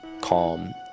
calm